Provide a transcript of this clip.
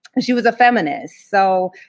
and she was a feminist. so,